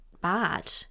bad